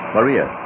Maria